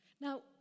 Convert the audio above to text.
Now